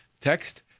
text